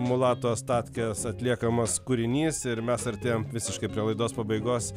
mulato asatkes atliekamas kūrinys ir mes artėjam visiškai prie laidos pabaigos